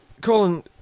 Colin